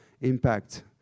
impact